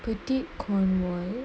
petite cornwall